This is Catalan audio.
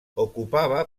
ocupava